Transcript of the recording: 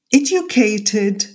educated